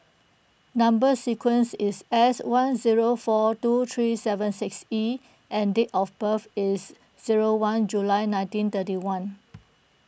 Number Sequence is S one zero four two three seven six E and date of birth is zero one July nineteen thirty one